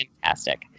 fantastic